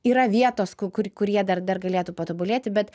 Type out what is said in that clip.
yra vietos kur kur jie dar galėtų patobulėti bet